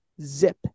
Zip